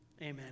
Amen